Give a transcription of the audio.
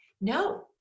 no